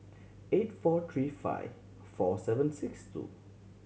eight four three five four seven six two